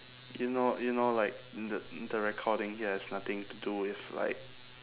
you know you know like the the recording here has nothing to do with like